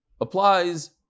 applies